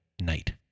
night